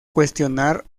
cuestionar